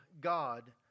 God